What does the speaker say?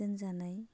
दोनजानाय